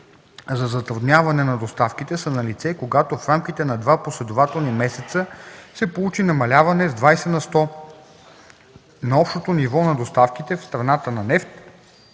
за затрудняване на доставките” са налице, когато в рамките на два последователни месеца се получи намаляване с 20 на сто на общото ниво на доставките в страната на нефт